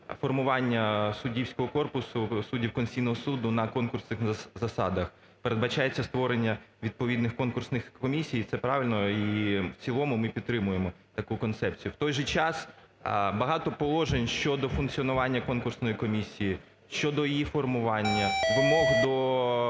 формування суддівського корпусу суддів Конституційного Суду на конкурсних засадах. Передбачається створення відповідних конкурсних комісій. Це правильно, і в цілому, ми підтримуємо таку концепцію. В той же час багато положень щодо функціонування конкурсної комісії, щодо її формування, вимог до